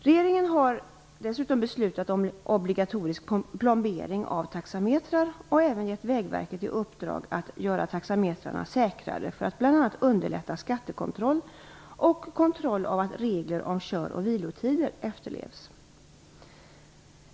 Regeringen har dessutom beslutat om obligatorisk plombering av taxametrar och även gett Vägverket i uppdrag att göra taxametrarna säkrare för att bl.a. underlätta skattekontroll och kontroll av att regler om kör och vilotider efterlevs.